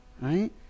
right